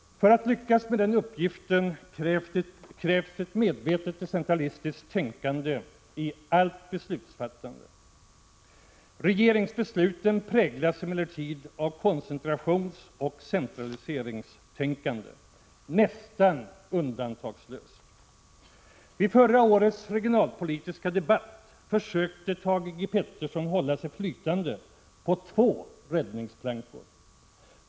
För att lyckas med den uppgiften krävs ett medvetet decentralistiskt tänkande i allt beslutsfattande. Regeringsbesluten präglas emellertid av koncentrationsoch centraliseringstänkande. Nästan undantagslöst! Vid förra årets regionalpolitiska debatt försökte Thage G. Peterson hålla sig flytande på två räddningsplankor.